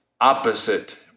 opposite